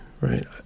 right